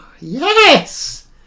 Yes